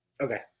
Okay